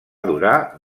durar